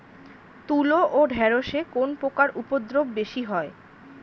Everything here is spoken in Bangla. তুলো ও ঢেঁড়সে কোন পোকার উপদ্রব বেশি হয়?